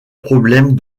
problème